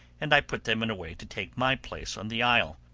and i put them in a way to take my place on the isle.